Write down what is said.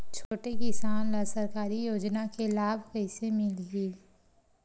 छोटे किसान ला सरकारी योजना के लाभ कइसे मिलही?